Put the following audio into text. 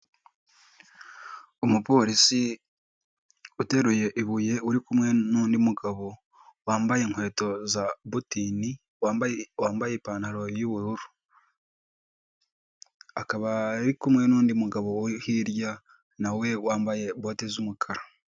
Umupolisi uteruye ibuye uri kumwe n'undi mugabo wambaye inkweto za butini, wambaye ipantaro y'ubururu, ahaba ari kumwe n'undi mugabo wo hirya na we wambaye bote z'umukara.